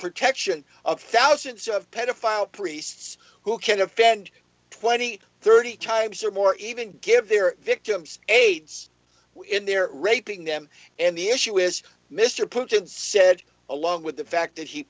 protection of thousands of pedophile priests who can offend twenty thirty times or more even give their victims aids when they're raping them and the issue is mr putin said along with the fact that he